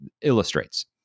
illustrates